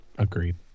Agreed